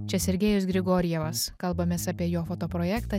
čia sergejus grigorjevas kalbamės apie jo fotoprojektą